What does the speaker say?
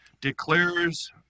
declares